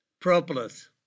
propolis